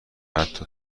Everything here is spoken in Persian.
حتی